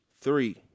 Three